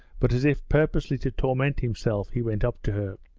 but as if purposely to torment himself he went up to her.